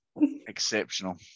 Exceptional